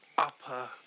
Upper